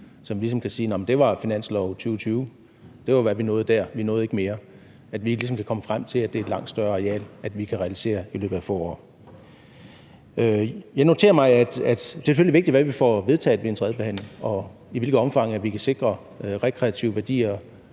hvad vi nåede i finansloven i 2020, og at vi ikke nåede mere, men at vi ligesom kan komme frem til, at det er et langt større areal, vi kan realisere i løbet af foråret. Det er selvfølgelig vigtigt, hvad vi får vedtaget ved en tredjebehandling, og i hvilket omfang vi kan sikre rekreative værdier,